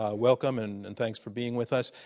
ah welcome. and and thanks for being with us.